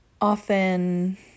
often